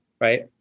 right